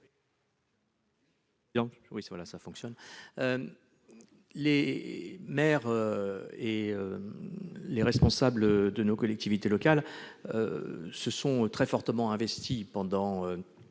de vote. Les maires et les responsables de nos collectivités locales se sont très fortement investis pendant